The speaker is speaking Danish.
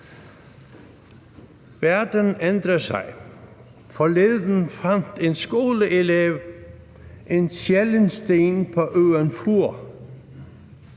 Verden ændrer sig. Forleden fandt en skoleelev en sjælden sten på øen Fur.